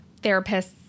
therapists